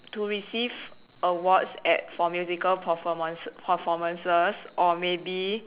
to receive awards at for musical performance performances or maybe